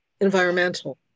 environmental